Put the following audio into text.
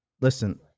Listen